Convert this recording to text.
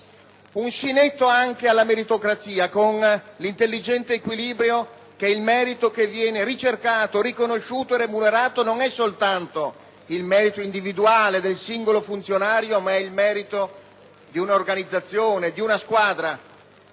Un sì netto anche alla meritocrazia, con l'intelligente equilibrio secondo il quale il merito che viene ricercato, riconosciuto e remunerato non è soltanto il merito individuale, del singolo funzionario, ma è il merito di un'organizzazione, di una squadra,